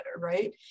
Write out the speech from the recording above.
right